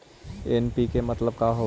NPK मतलब का होव हइ?